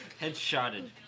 Headshotted